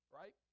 right